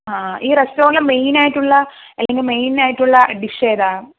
ആ ഈ റെസ്റ്റോറന്റിൽ മെയ്നായിട്ടുള്ള അല്ലെങ്കിൽ മെയ്നായിട്ടുള്ള ഡിഷേതാ